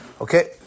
Okay